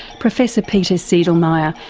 professor peter seidlmeier,